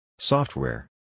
Software